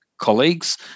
colleagues